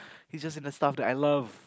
he's just in the stuff that I love